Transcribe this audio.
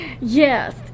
Yes